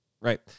right